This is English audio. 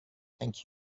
thank